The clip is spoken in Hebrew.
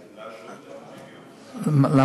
להשהות ל-30 יום.